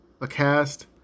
Acast